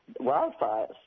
wildfires